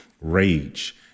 rage